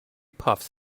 puffs